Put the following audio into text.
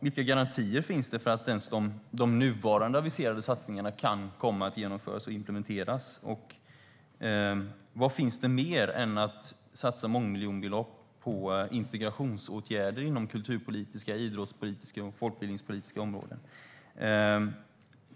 Vilka garantier finns det för att ens de nuvarande aviserade satsningarna kan komma att implementeras? Vad finns det mer än att satsa mångmiljonbelopp på integrationsåtgärder inom kultur, idrottspolitiska och folkbildningspolitiska områden?